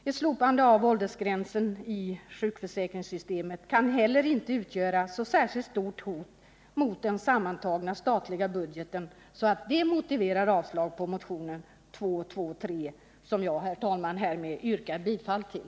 Ett slopande av åldersgränsen i sjukförsäkringssystemet kan inte heller utgöra så särskilt stort hot mot den sammantagna statliga budgeten att det motiverar avslag på motionen 223, som jag, herr talman, härmed yrkar bifall till.